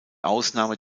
ausnahme